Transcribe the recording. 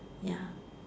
ya